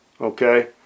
Okay